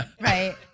Right